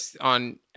on